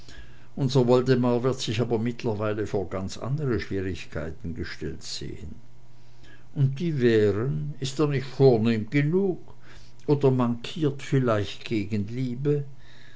unser woldemar wird sich aber mittlerweile vor ganz andre schwierigkeiten gestellt sehen und die wären ist er nicht vornehm genug oder mankiert vielleicht gegenliebe